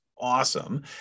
awesome